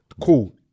Cool